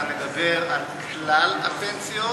אתה מדבר על כלל הפנסיות,